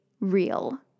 real